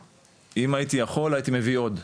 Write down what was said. אם הייתי יכול הייתי מביא עוד,